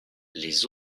les